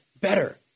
better